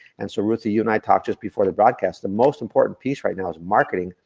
and so, ruthie, you and i talked just before the broadcast, the most important piece right now is marketing,